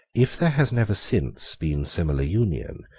if there has never since been similar union,